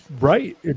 right